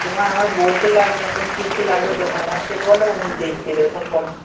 তোমার আমার বলতে লাগবে না তোমার কি কি লাগবে দোকানদারকে বলো উনি দেখিয়ে দেবে তোমার পছন্দ